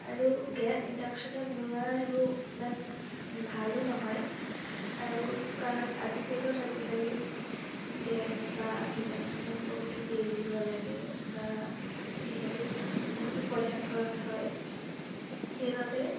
আৰু গেছ ইণ্ডাকশ্যনত বনোৱা সেইবোৰ ইমান ভালো নহয় আৰু কাৰণ আজিৰ যুগত আজিকালি গেছ বা ইণ্ডাকশ্যনত বহুতো বিল দিব লাগে বা যিহেতু বহুতো পইচা খৰচ হয় সেইবাবে